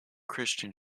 christian